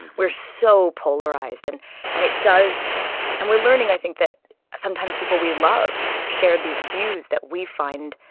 we're so polarized. and and it does and we're learning i think that sometimes people we love shared these views that we find.